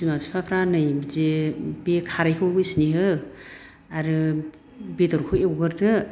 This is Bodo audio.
बिमा बिफाफ्रा नै बेदि बे खारैखौ नै बेसे हो आरो बेदरखौ एवग्रोदो